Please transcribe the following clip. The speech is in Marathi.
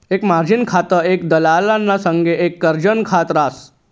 एक मार्जिन खातं एक दलालना संगे एक कर्जनं खात रास